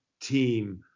team